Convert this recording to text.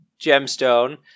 gemstone